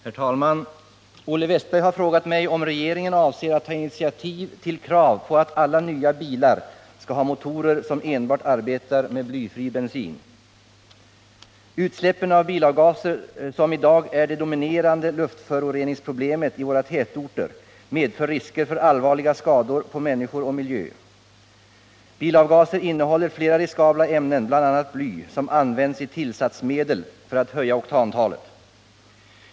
Herr talman! Olle Wästberg i Stockholm har frågat mig om regeringen avser att ta initiativ till krav på att alla nya bilar skall ha motorer som enbart arbetar med blyfri bensin. Utsläppen av bilavgaser, som i dag är det dominerande luftföroreningsproblemet i våra tätorter, medför risker för allvarliga skador på människor och miljö. Bilavgaser innehåller flera riskabla ämnen, bl.a. bly, som används i tillsatsmedel för att höja oktantalet.